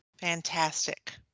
Fantastic